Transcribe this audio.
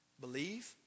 believe